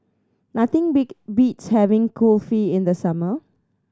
nothing beats having Kulfi in the summer